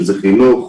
שזה חינוך,